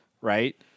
right